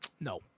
No